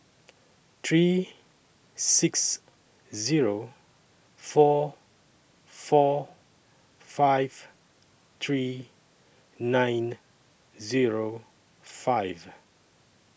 three six Zero four four five three nine Zero five